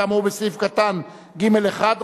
כאמור בסעיף קטן (ג)(1),